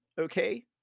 Okay